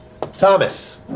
Thomas